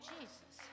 Jesus